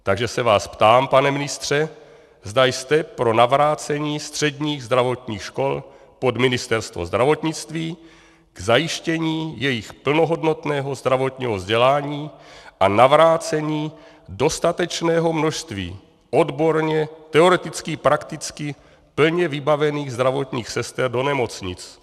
Takže se vás ptám, pane ministře, zda jste pro navrácení středních zdravotnických škol pod Ministerstvo zdravotnictví k zajištění jejich plnohodnotného zdravotního vzdělání a navrácení dostatečného množství odborně teoreticky i prakticky plně vybavených zdravotních sester do nemocnic.